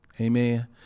Amen